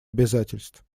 обязательств